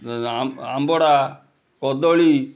ଆମ୍ବଡ଼ା କଦଳୀ